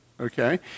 Okay